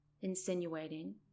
insinuating